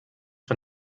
von